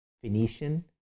Phoenician